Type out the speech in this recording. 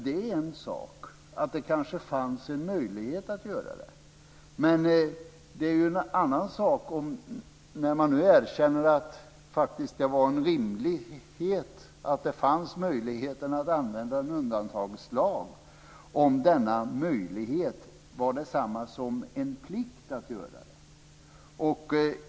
Det är en sak att det fanns en möjlighet att göra, men det är en annan sak när man erkänner att det fanns en möjlighet att använda en undantagslag om denna möjlighet var detsamma som en plikt.